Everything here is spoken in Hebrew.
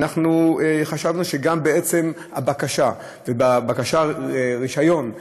אנחנו חשבנו שגם בעצם הבקשה ובבקשה לרישיון,